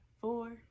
four